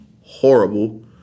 horrible